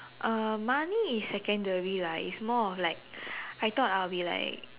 uh money is secondary lah it's more of like I thought I'll be like